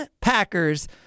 Packers